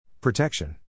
Protection